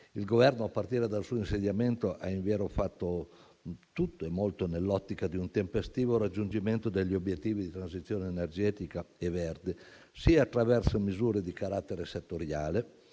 Il Governo, a partire dal suo insediamento, ha invero fatto tutto o molto nell'ottica di un tempestivo raggiungimento degli obiettivi di transizione energetica e verde, sia attraverso misure di carattere settoriale,